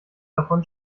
davon